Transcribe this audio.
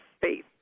faith